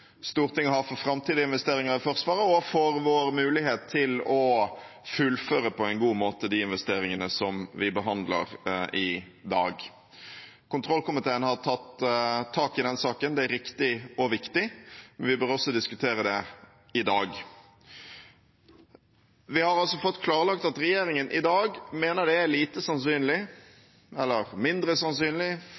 Stortinget har både for framtidige investeringer i Forsvaret og for vår mulighet til å fullføre på en god måte de investeringene som vi behandler i dag. Kontrollkomiteen har tatt tak i denne saken. Det er riktig og viktig, men vi bør også diskutere det i dag. Vi har fått klarlagt at regjeringen i dag mener det er lite sannsynlig eller mindre sannsynlig